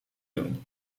doen